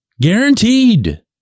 Guaranteed